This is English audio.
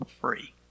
free